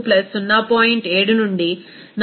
7 నుండి 405